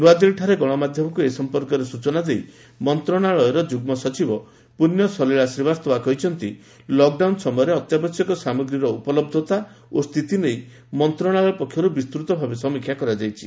ନୂଆଦିଲ୍ଲୀଠାରେ ଗଣମାଧ୍ୟମକୁ ଏ ସଂପର୍କରେ ସୂଚନା ଦେଇ ମନ୍ତ୍ରଣାଳୟ ଯୁଗ୍କ ସଚିବ ପୁଣ୍ୟ ସଲୀଳା ଶ୍ରୀବାସ୍ତବା କହିଛନ୍ତି ଲକ୍ଡାଉନ ସମୟରେ ଅତ୍ୟାବଶ୍ୟକ ସାମଗ୍ରୀର ଉପଲହ୍ଧତା ଓ ସ୍ଥିତି ନେଇ ମନ୍ତ୍ରଣାଳୟ ପକ୍ଷରୁ ବିସ୍ତୃତଭାବେ ସମୀକ୍ଷା କରାଯାଇଛି